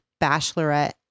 Bachelorette